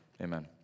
amen